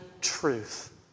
truth